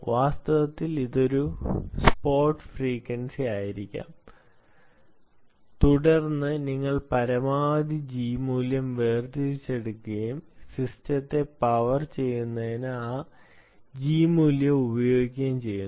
വാസ്തവത്തിൽ ഇത് ഒരു സ്പോട്ട് ഫ്രീക്വൻസി ആയിരിക്കാം തുടർന്ന് നിങ്ങൾ പരമാവധി G മൂല്യം വേർതിരിച്ചെടുക്കുകയും സിസ്റ്റത്തെ പവർ ചെയ്യുന്നതിന് ആ G മൂല്യം ഉപയോഗിക്കുകയും ചെയ്യുന്നു